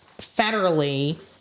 federally